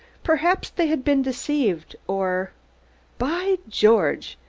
perhaps they had been deceived, or by george!